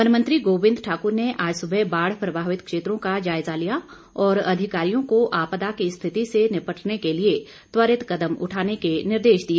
one मंत्री गोविंद ठाकुर ने आज सुबह बाढ़ प्रभावित क्षेत्रों का जायजा लिया और अधिकारियों को आपदा की स्थिति से निपटने के त्वरित कदम उठाने के निर्देश दिए